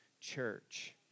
church